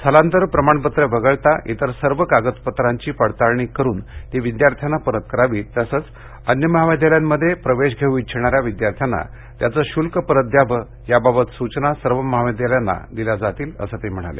स्थलांतर प्रमाणपत्र वगळता मायग्रेशन इतर सर्व कागदपत्रांची पडताळणी करून ती विद्यार्थ्यांना परत द्यावीत तसच अन्य महाविद्यालयांमध्ये प्रवेश धेऊ इच्छिणाऱ्या विद्यार्थ्यांना त्याचं शुल्क परत द्यावं याबाबत सुचना सर्व महाविद्यालयांना दिल्या जातील असं ते म्हणाले